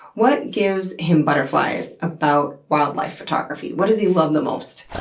what gives him butterflies about wildlife photography? what does he love the most?